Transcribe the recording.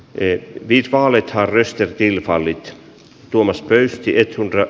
ee viskaali harris ja kilpailit tuomas pöystietun rak